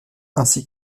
ainsi